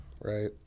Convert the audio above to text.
right